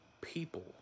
people